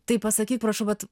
tai pasakyk prašau vat